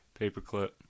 Paperclip